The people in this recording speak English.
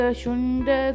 shunda